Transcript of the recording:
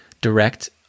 direct